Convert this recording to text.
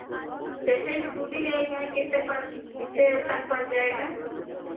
जैसे स्कूटी ले के है कितने कितने तक पड़ जाएगा